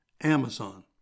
Amazon